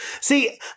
See